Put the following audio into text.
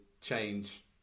change